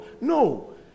No